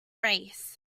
race